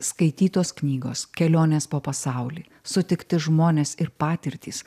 skaitytos knygos kelionės po pasaulį sutikti žmonės ir patirtys